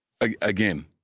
Again